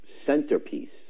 centerpiece